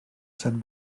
set